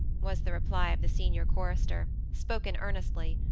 was the reply of the senior chorister, spoken earnestly.